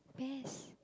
best